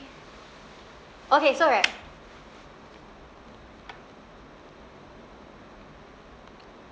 okay so right